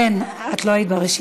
אין, את לא היית ברשימה,